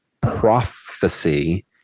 prophecy